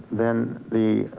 then the,